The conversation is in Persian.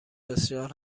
بسیار